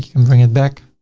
can bring it back.